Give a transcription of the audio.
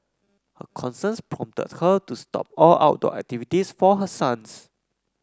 her concerns prompted her to stop all outdoor activities for her sons